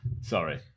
Sorry